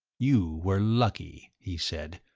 you were lucky, he said,